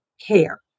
care